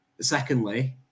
Secondly